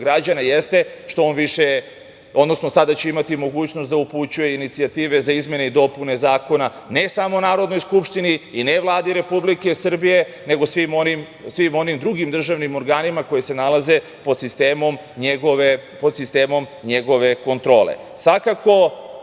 građana jeste što će on sada imati mogućnost da upućuje inicijative za izmene i dopune zakona ne samo Narodnoj skupštini i ne Vladi Republike Srbije, nego svim onim drugim državnim organima koji se nalaze pod sistemom njegove kontrole. Svakako,